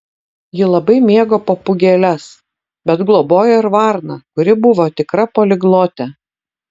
ji labai mėgo papūgėles bet globojo ir varną kuri buvo tikra poliglotė